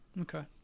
Okay